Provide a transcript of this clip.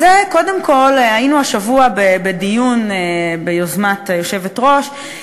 היינו השבוע בדיון ביוזמת היושבת-ראש,